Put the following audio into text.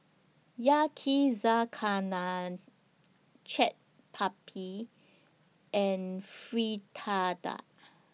Yakizakana Chaat Papri and Fritada